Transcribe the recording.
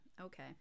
okay